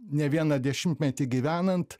ne vieną dešimtmetį gyvenant